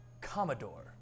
Commodore